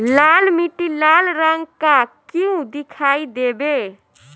लाल मीट्टी लाल रंग का क्यो दीखाई देबे?